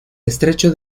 estrecho